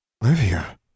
Livia